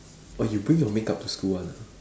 oh you bring your makeup to school one ah